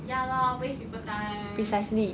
ya lor waste people time